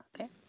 Okay